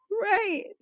Right